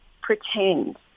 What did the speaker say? pretend